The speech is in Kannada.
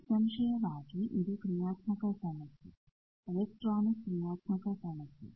ನಿಸ್ಸಂಶಯವಾಗಿ ಇದು ಕ್ರಿಯಾತ್ಮಕ ಸಮಸ್ಯೆ ಎಲೆಕ್ಟ್ರೋನಿಕ್ ಕ್ರಿಯಾತ್ಮಕ ಸಮಸ್ಯೆ